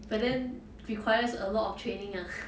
but then requires a lot of training ah